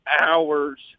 hours